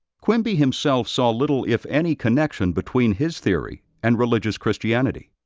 quimby himself saw little, if any, connection between his theory and religious christianity.